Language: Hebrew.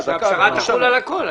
שהפשרה תחול על הכול.